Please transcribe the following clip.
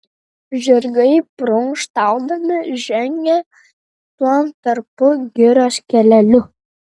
žirgai prunkštaudami žengė tuom tarpu girios keleliu